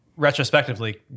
retrospectively